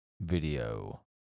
video